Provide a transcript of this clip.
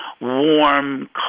warm